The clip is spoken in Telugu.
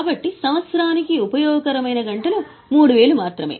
కాబట్టి సంవత్సరానికి ఉపయోగకరమైన గంటలు 3000 మాత్రమే